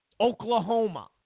Oklahoma